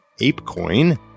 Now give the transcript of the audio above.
ApeCoin